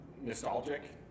nostalgic